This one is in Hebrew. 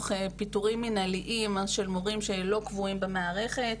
לפיטורים מנהליים של מורים שהם לא קבועים במערכת,